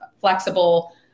flexible